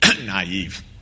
naive